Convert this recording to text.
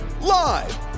live